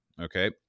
Okay